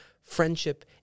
friendship